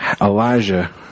Elijah